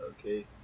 okay